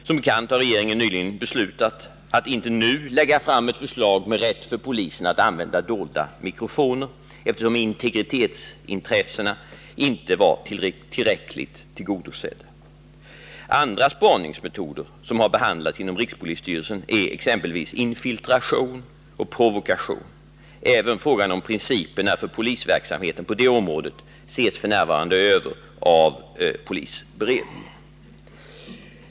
Som bekant har regeringen nyligen beslutat att inte nu lägga fram ett förslag med rätt för polisen att använda dolda mikrofoner, eftersom integritetsintressena inte var tillräckligt tillgodosedda. Andra spaningsmetoder som har behandlats inom rikspolisstyrelsen är exempelvis infiltration och provokation. Även frågan om principerna för polisverksamhet på detta område ses f. n. över av polisberedningen.